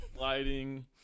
lighting